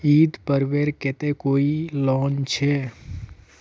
ईद पर्वेर केते कोई लोन छे?